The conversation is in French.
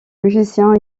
musiciens